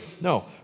No